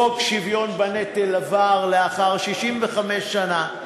חוק שוויון בנטל עבר לאחר 65 שנה.